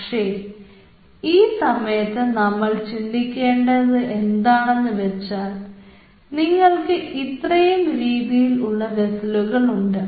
പക്ഷേ ഈ സമയത്ത് നമ്മൾ ചിന്തിക്കേണ്ടത് എന്താണെന്ന് വെച്ചാൽ നിങ്ങൾക്ക് ഇത്രയും രീതിയിലുള്ള വെസ്സലുകൾ ഉണ്ട്